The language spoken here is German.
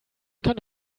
kann